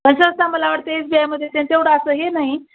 तसंच का मला वाटतं एस बी आयमध्ये त्यांच्या एवढं असं हे नाही